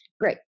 Great